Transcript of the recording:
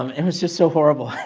um and was just so horrible,